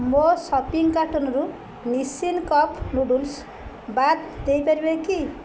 ମୋ ସପିଙ୍ଗ କାର୍ଟନ୍ରୁ Nissin cup noodles ବାଦ ଦେଇପାରିବେ କି